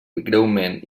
greument